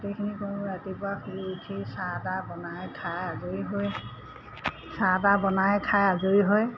গোটেইখিনি কৰোঁ ৰাতিপুৱা শুৰি উঠি চাহ তাহ বনাই খাই আজৰি হৈ চাহ তাহ বনাই খাই আজৰি হৈ